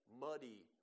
muddy